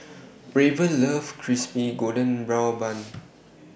Raven loves Crispy Golden Brown Bun